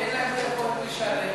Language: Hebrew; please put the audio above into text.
שאין להם יכולת לשלם